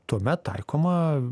tuomet taikoma